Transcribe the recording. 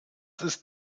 ist